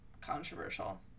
controversial